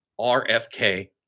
RFK